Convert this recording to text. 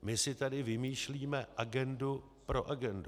My si tady vymýšlíme agendu pro agendu.